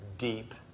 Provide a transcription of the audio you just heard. deep